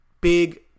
big